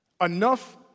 Enough